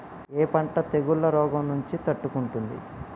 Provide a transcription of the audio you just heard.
ఏ పంట తెగుళ్ల రోగం నుంచి తట్టుకుంటుంది?